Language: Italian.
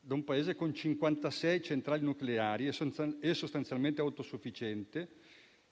di un Paese con 56 centrali nucleari e sostanzialmente autosufficiente